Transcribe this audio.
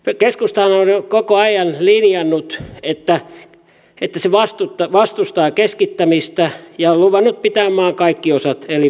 keskustahan on koko ajan linjannut että se vastustaa keskittämistä ja on luvannut pitää maan kaikki osat elinvoimaisina